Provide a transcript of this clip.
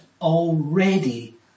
already